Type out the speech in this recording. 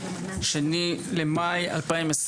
2 במאי 2023,